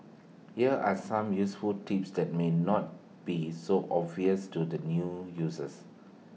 here are some useful tips that may not be so obvious to the new users